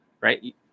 right